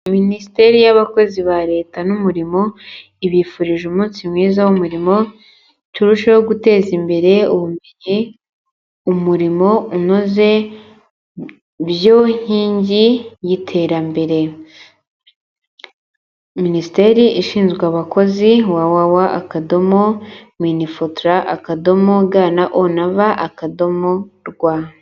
Minisiteri y'abakozi ba Leta n'umurimo, ibifurije umunsi mwiza w'umurimo, turusheho guteza imbere ubumenyi, umurimo unoze, byo nkingi y'iterambere, Minisiteri ishinzwe abakozi www.mifotra.gov.rw